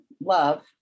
love